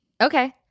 Okay